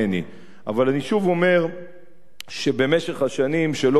אבל אני שוב אומר שבמשך השנים, שלא בטובתו,